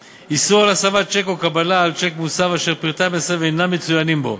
4. איסור על הסבת צ'ק או קבלת צ'ק מוסב אשר פרטי המסב אינם מצוינים בו.